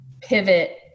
pivot